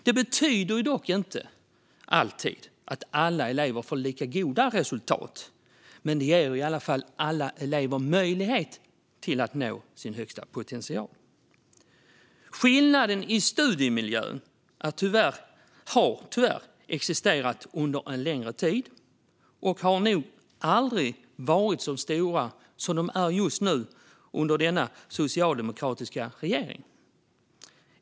Det betyder dock inte alltid att alla elever får lika goda resultat, men det ger i alla fall alla elever möjlighet att nå sin högsta potential. Skillnaderna i studiemiljön har tyvärr existerat under en längre tid, och de har nog aldrig varit så stora som de är just nu under denna socialdemokratiska regering.